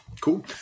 Cool